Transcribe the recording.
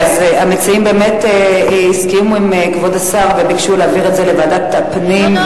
אז המציעים באמת הסכימו עם כבוד השר וביקשו להעביר את זה לוועדת הפנים,